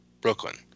Brooklyn